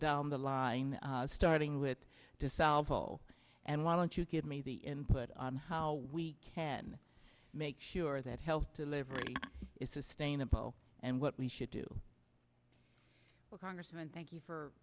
down the line starting with to solve all and why don't you give me the input on how we can make sure that health delivery is sustainable and what we should do well congressman thank you for